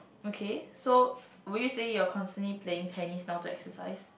okay so were you saying you're constantly playing tennis now to exercise